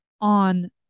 on